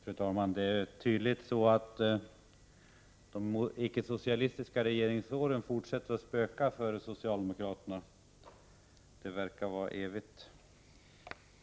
Fru talman! Tydligen fortsätter de icke-socialistiska regeringsåren att politiska årgärder, spöka för socialdemokraterna — det verkar vara evigt.